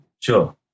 Sure